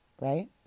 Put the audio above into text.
Right